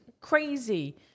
crazy